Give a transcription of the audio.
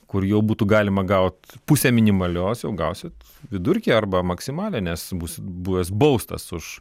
kur jau būtų galima gauti pusę minimalios jau gausit vidurkį arba maksimalią nes būsit buvęs baustas už